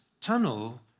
tunnel